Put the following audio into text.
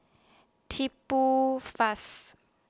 Key Pool